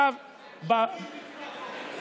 הם אזרחי ישראל והם שווים בפני החוק,